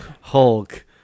Hulk